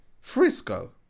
Frisco